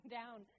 down